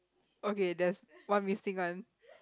okay there's one missing one